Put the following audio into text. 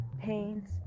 pains